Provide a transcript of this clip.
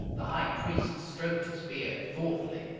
the high priest stroked his beard thoughtfully.